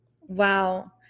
Wow